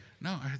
no